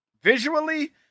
Visually